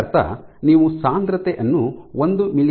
ಇದರರ್ಥ ನೀವು ಸಾಂದ್ರತೆ ಅನ್ನು ಒಂದು ಮಿ